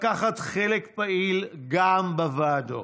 לקחת חלק פעיל גם בוועדות.